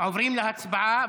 עוברים להצבעה,